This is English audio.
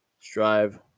Strive